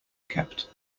kept